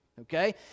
Okay